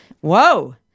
Whoa